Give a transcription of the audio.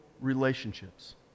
relationships